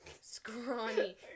scrawny